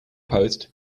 post